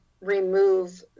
remove